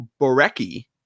Borecki